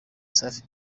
safi